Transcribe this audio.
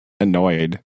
annoyed